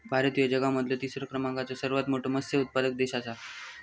भारत ह्यो जगा मधलो तिसरा क्रमांकाचो सर्वात मोठा मत्स्य उत्पादक देश आसा